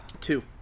Two